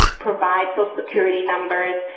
provide social security numbers.